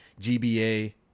GBA